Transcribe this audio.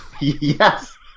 Yes